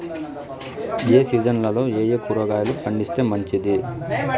ఏ సీజన్లలో ఏయే కూరగాయలు పండిస్తే మంచిది